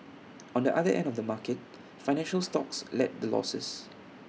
on the other end of the market financial stocks led the losses